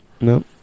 No